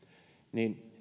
niin